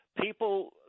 people